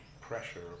pressure